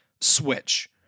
switch